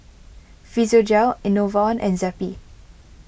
Physiogel Enervon and Zappy